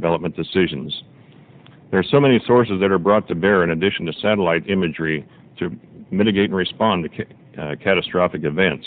development decisions there are so many sources that are brought to bear in addition to satellite imagery to mitigate respond to catastrophic events